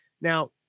Now